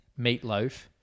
Meatloaf